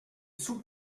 sous